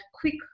quick